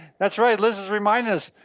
that's right, liz is reminding us.